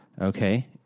Okay